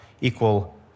equal